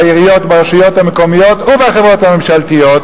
בעיריות וברשויות המקומיות ובחברות הממשלתיות: